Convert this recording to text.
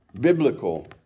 biblical